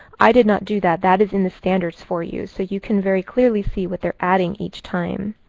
i did not do that. that is in the standards for you. so you can very clearly see what they're adding each time.